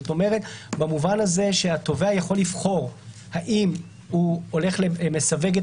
במובן הזה שהתובע יכול לבחור האם הוא מסווג את